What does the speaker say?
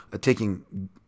taking